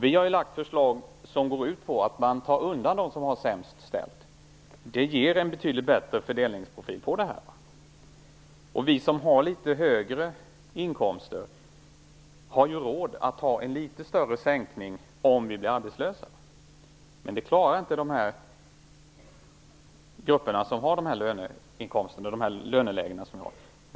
Vi har lagt fram förslag som går ut på att göra undantag för dem som har det sämst ställt. Det ger en betydligt bättre fördelningsprofil. Vi som har litet högre inkomster har råd med en litet större sänkning om vi blir arbetslösa. Men det klarar inte de grupper som har låga löner.